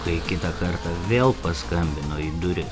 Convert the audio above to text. kai kitą kartą vėl paskambino į duris